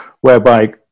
whereby